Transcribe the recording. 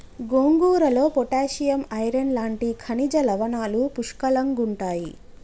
గోంగూరలో potassium, iron లాంటి ఖనిజ లవణాలు పుష్కలంగుంటాయి